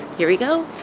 here we go